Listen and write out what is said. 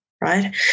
right